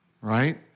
right